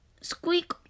Squeak